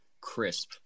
crisp